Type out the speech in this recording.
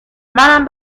منم